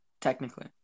technically